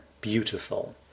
beautiful